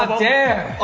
ah dare!